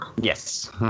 Yes